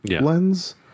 lens